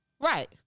Right